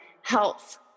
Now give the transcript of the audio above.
health